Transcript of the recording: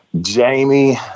Jamie